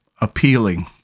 appealing